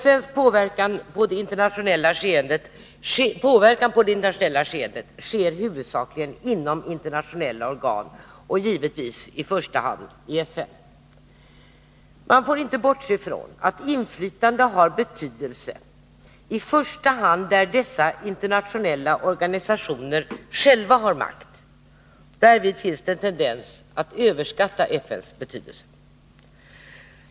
Svensk påverkan på det internationella skeendet äger huvudsakligen rum inom internationella organ och givetvis i första hand i FN. Man får inte bortse från att inflytande har betydelse i första hand där dessa internationella organisationer själva har makt. Därvid finns det en tendens att överskatta FN:s betydelse.